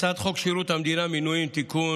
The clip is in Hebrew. הצעת חוק שירות המדינה (מינויים) (תיקון,